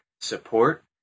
support